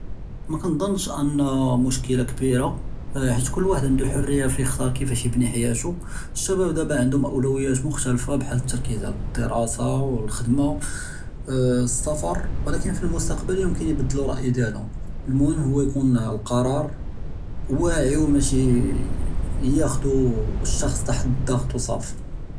מַכַּנְדַּנְש אַנּוּ מְשְׁקְלַה כְּבִּירָה חֵית כּל וַחַד עַנְדוּ חֲרִיָּה פִּי יִכְתַּאר כִּיףַאש יִבְנִי חַיַאתוּ, שַבַּאב דַאבַּא עַנְדְהוּם אוֹלִיוּתַאת מֻכְתַלִיפָה בְּחֵאל תַרְכִּיז עַלַא אֶלְדְּרָאסָה וְאֶלְחֻ'דְמַה וְאֶסְסַפַּר, וּלָקִין פִּלְמוּסְתַקְבַּל יְמוּכֶּן יְבַדְּלוּ רַאיוֹ דִיַאלְהוּם, אֶל־מֻהִים הוּוּא יְקוּן אֶלְקַרַאר וַאעִי וּמַשִּי יַאחְדוּ אֶל־שַּחְص תַּחְת־דַּغְטוֹ וּצַאפִי.